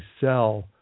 sell